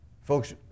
Folks